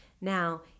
Now